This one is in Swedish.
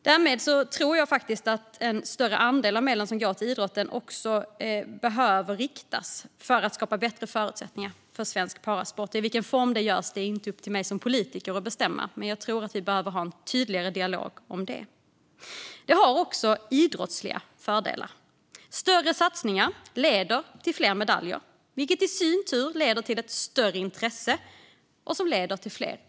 Därmed tror jag att en större andel av medlen som går till idrotten behöver riktas för att skapa bättre förutsättningar för svensk parasport. I vilken form det görs är inte upp till mig som politiker att bestämma. Men jag tror att vi behöver ha en tydligare dialog om det. Det har också idrottsliga fördelar. Större satsningar leder till fler medaljer, vilket i sin tur leder till ett större intresse och fler utövare.